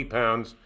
pounds